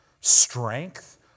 strength